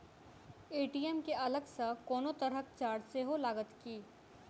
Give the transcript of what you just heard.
ATM केँ अलग सँ कोनो तरहक चार्ज सेहो लागत की?